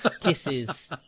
Kisses